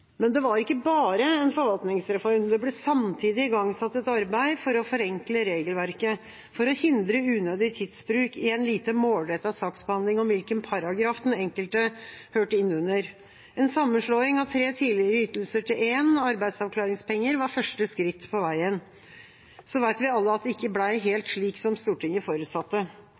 Men det var ikke bare en forvaltningsreform. Det ble samtidig igangsatt et arbeid for å forenkle regelverket, for å hindre unødig tidsbruk i en lite målrettet saksbehandling om hvilken paragraf den enkelte hørte inn under. En sammenslåing av tre tidligere ytelser til én, arbeidsavklaringspenger, var første skritt på veien. Vi vet alle at det ikke ble helt slik som Stortinget forutsatte.